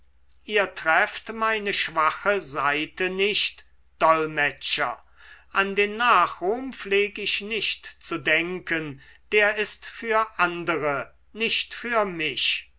ihr trefft meine schwache seite nicht dolmetscher an den nachruhm pfleg ich nicht zu denken der ist für andere nicht für mich